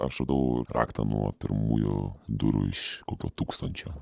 aš radau raktą nuo pirmųjų durų iš kokio tūkstančio